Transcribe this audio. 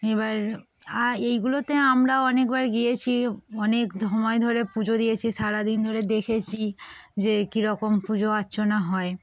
এবার আর এইগুলোতে আমরাও অনেকবার গিয়েছি অনেক সময় ধরে পুজো দিয়েছি সারাদিন ধরে দেখেছি যে কীরকম পুজো অর্চনা হয়